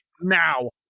now